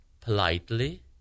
politely